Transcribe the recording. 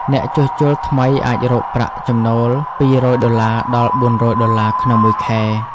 អ្នកជួសជុលថ្មីអាចរកប្រាក់ចំណូល២០០ ដុល្លារដល់ ៤០០ ដុល្លារ ក្នុងមួយខែ។